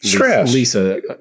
Lisa